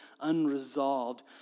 unresolved